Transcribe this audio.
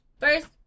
first